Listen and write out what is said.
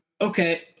Okay